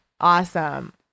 Awesome